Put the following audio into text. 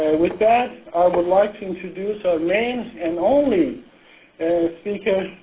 with that, i would like to introduce our main and only speaker,